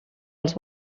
els